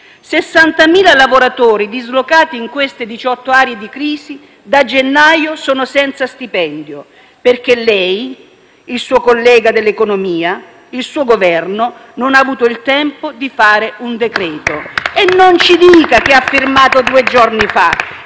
60.000 lavoratori dislocati in queste 18 aree di crisi, da gennaio sono senza stipendio perché lei, il suo collega dell'economia, il suo Governo non avete avuto il tempo di fare un decreto. *(Applausi dal Gruppo PD)*. E non ci dica che ha firmato due giorni fa.